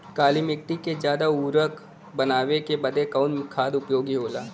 काली माटी के ज्यादा उर्वरक बनावे के बदे कवन खाद उपयोगी होला?